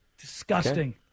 Disgusting